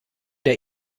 der